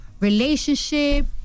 relationship